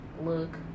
look